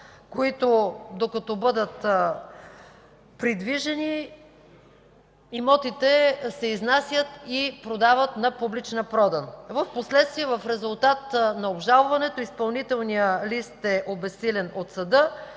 които, докато бъдат придвижени, имотите се изнасят и продават на публична продан. Впоследствие в резултат на обжалването изпълнителният лист е обезсилен от съда,